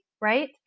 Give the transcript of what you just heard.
right